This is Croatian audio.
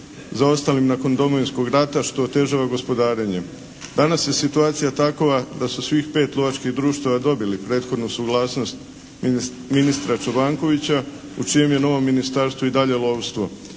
zaostalim nakon Domovinskog rata što otežava gospodarenja. Danas je situacija takova da su svih pet lovačkih društava dobili prethodnu suglasnost ministra Čobankovića u čijem je novom ministarstvu i dalje lovstvo